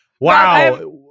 Wow